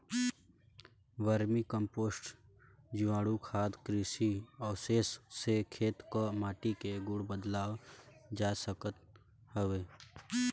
vermi compost, जीवाणुखाद, कृषि अवशेष से खेत कअ माटी के गुण बढ़ावल जा सकत हवे